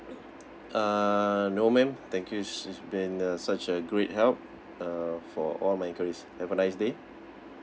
uh no ma'am thank yous it's been uh such a great help uh for all my enquiries have a nice day